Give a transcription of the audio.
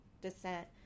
descent